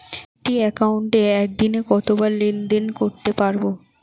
একটি একাউন্টে একদিনে কতবার লেনদেন করতে পারব?